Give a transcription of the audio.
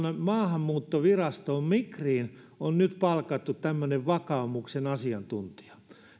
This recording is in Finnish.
maahanmuuttovirastoon migriin on nyt palkattu tämmöinen vakaumuksen asiantuntija